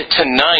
tonight